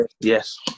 Yes